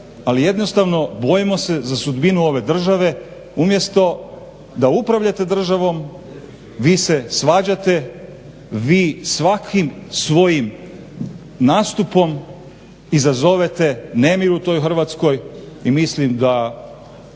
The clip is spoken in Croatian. ali jednostavno bojimo se za sudbinu ove države. Umjesto da upravljate državom vi se svađate, vi svakim svojim nastupom izazovete nemir u toj Hrvatskoj i mislim da